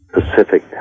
Pacific